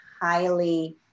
highly